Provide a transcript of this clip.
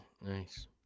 nice